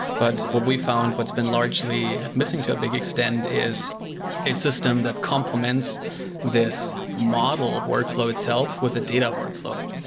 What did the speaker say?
but what we found, what's been largely missing to a big extent, is a system that complements this model workflow itself with a data workflow.